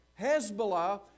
Hezbollah